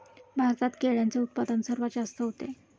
भारतात केळ्यांचे उत्पादन सर्वात जास्त होते